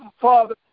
Father